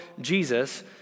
Jesus